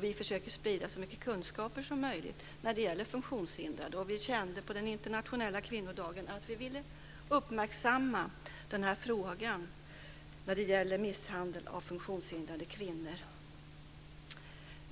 Vi försöker sprida så mycket kunskaper som möjligt när det gäller funktionshindrade. Vi kände på den internationella kvinnodagen att vi ville uppmärksamma frågan om misshandel av funktionshindrade kvinnor.